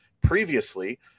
previously